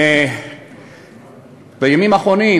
בימים האחרונים